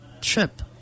trip